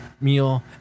meal